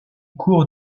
cours